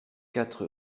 quatre